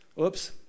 Oops